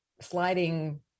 sliding